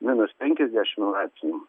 minus penkiasdešimt laipsnių